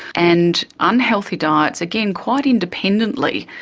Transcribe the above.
and unhealthy diets, again, quite independently,